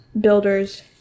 builders